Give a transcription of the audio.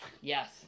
Yes